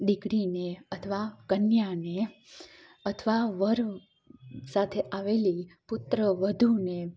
દીકરીને અથવા કન્યાને અથવા વર સાથે આવેલી પુત્ર વધુને